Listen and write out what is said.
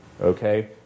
Okay